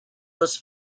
was